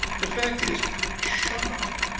the fact is, he's shy!